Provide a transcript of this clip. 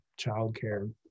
childcare